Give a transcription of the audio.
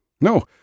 No